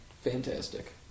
Fantastic